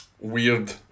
weird